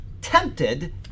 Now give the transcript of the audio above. tempted